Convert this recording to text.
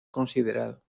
considerado